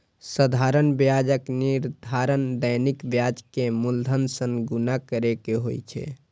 साधारण ब्याजक निर्धारण दैनिक ब्याज कें मूलधन सं गुणा कैर के होइ छै